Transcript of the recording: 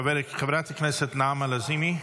חברת הכנסת נעמה לזימי,